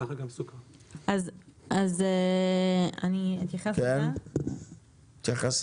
אני מבינה שהחשש